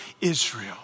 Israel